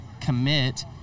commit